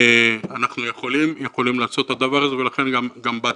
אנחנו יכולים לעשות את הדבר הזה ולכן גם באתי.